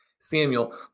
Samuel